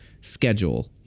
schedule